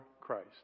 Christ